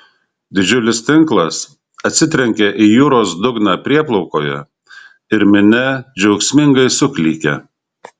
didžiulis tinklas atsitrenkia į jūros dugną prieplaukoje ir minia džiaugsmingai suklykia